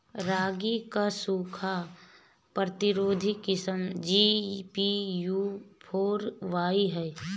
रागी क सूखा प्रतिरोधी किस्म जी.पी.यू फोर फाइव ह?